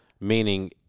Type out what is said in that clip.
meaning –